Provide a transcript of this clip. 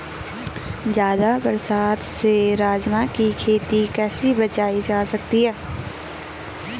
ज़्यादा बरसात से राजमा की खेती कैसी बचायी जा सकती है?